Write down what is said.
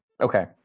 Okay